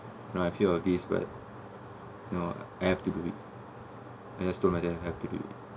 no I fear of this but no I have to do it I just told myself I have to do it